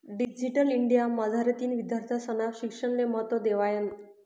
digital India मझारतीन विद्यार्थीस्ना शिक्षणले महत्त्व देवायनं